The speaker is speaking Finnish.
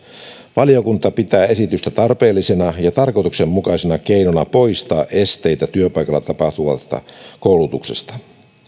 valiokunta pitää esitystä tarpeellisena ja tarkoituksenmukaisena keinona poistaa esteitä työpaikalla tapahtuvalta koulutukselta